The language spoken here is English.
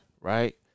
right